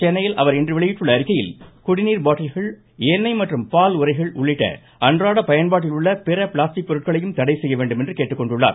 சென்னையில் இன்று அவர் வெளியிட்டுள்ள அறிக்கையில் குடிநீர் பாட்டில்கள் எண்ணெய் மற்றும் பால் உறைகள் உள்ளிட்ட அன்றாட பயன்பாட்டில் உள்ள பிற பிளாஸ்டிக் பொருட்களையும் தடை செய்ய வேண்டும் என்று அவர் கேட்டுக்கொண்டுள்ளார்